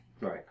Right